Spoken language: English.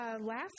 last